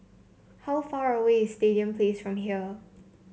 how far away is Stadium Place from here